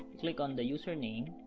click on the username